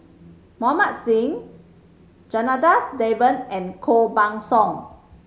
Mohan Singh Janadas Devan and Koh Buck Song